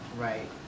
right